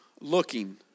looking